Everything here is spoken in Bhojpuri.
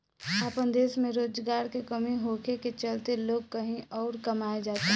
आपन देश में रोजगार के कमी होखे के चलते लोग कही अउर कमाए जाता